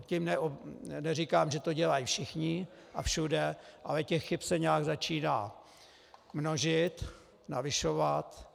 Tím neříkám, že to dělají všichni a všude, ale těch chyb se nějak začíná množit, navyšovat.